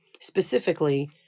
specifically